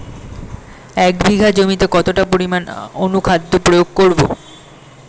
এক বিঘা জমিতে কতটা পরিমাণ অনুখাদ্য প্রয়োগ করব?